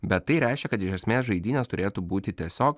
bet tai reiškia kad iš esmės žaidynės turėtų būti tiesiog